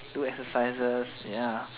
do exercises ya